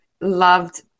loved